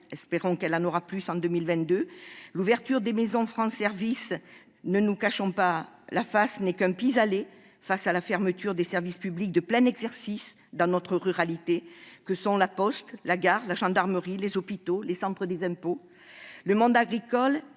espérons qu'elle en aura plus en 2022 -et l'ouverture des maisons France Services n'est, ne nous voilons pas la face, qu'un pis-aller face à la fermeture des services publics de plein exercice dans notre ruralité : postes, gares, gendarmeries, hôpitaux ou encore centres des impôts. Le monde agricole reste,